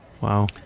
Wow